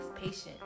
patient